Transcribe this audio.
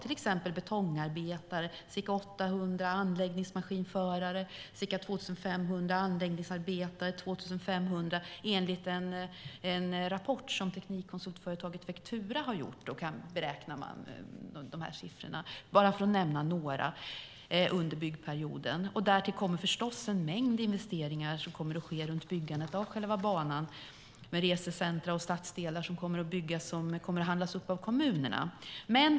För att bara nämna några handlar det under byggperioden om till exempel ca 800 betongarbetare, ca 2 500 anläggningsmaskinförare och 2 500 anläggningsarbetare, enligt en rapport som teknikkonsultföretaget Vectura. Därtill kommer förstås en mängd investeringar som kommer att ske runt byggandet av själva banan, med resecentrum och stadsdelar som kommer att byggas och som kommer att handlas upp av kommunerna.